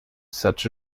such